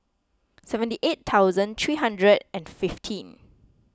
seventy eight thousand three hundred and fifteen